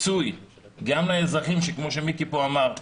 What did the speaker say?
הפיצוי גם לאזרחים, כפי שמיקי לוי אמר פה,